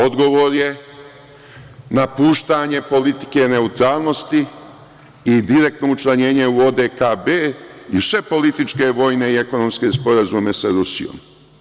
Odgovor je napuštanje politike neutralnosti i direktno učlanjenje u ODKB i sve političke vojne i ekonomske sporazume sa Rusijom.